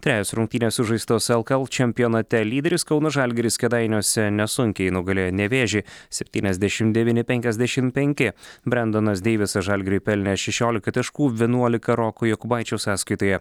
trejos rungtynės sužaistos lkl čempionate lyderis kauno žalgiris kėdainiuose nesunkiai nugalėjo nevėžį septyniasdešim devyni penkiasdešim penki brendonas deivisas žalgiriui pelnė šešiolika taškų vienuolika roko jokubaičio sąskaitoje